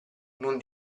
non